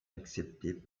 acceptée